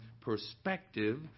perspective